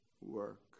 work